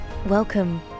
welcome